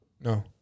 No